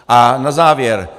A na závěr.